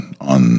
on